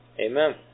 Amen